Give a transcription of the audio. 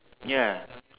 ya